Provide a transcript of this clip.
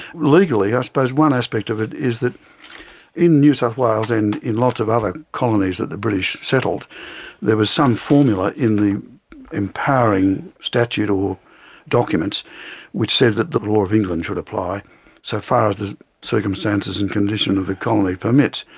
legally i suppose one aspect of it is that in new south wales and in lots of other colonies that the british settled there was some formula in the empowering statute or documents which said that the law of england should apply so far as the circumstances and condition of the colony permits.